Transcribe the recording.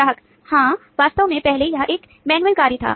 ग्राहक हाँ वास्तव में पहले यह एक मैन्युअल कार्य था